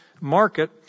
market